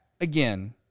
again